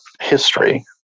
history